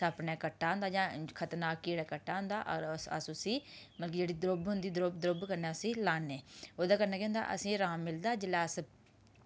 सप्प ने कट्टा दा होंदा जां खतरनाक कीड़े कट्टा दा होंदा होर अस उसी मतलब कि जेह्ड़ी द्रुब्ब होंदा द्रुब्ब कन्नै उसी लान्ने ओह्दे कन्नै केह् होंदा असें राम मिलदा जेल्लै अस